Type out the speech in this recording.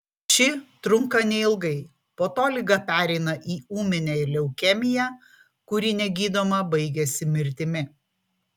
ši trunka neilgai po to liga pereina į ūminę leukemiją kuri negydoma baigiasi mirtimi